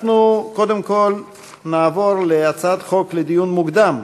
אנחנו קודם כול נעבור להצעת חוק לדיון מוקדם,